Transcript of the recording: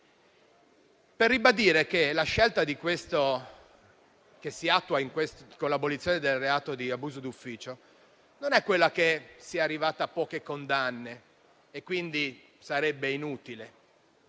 ribadire che la scelta che si attua con l'abolizione del reato di abuso d'ufficio, non è determinata dal fatto che si è arrivati a poche condanne e che quindi sarebbe inutile.